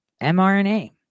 mRNA